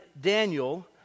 daniel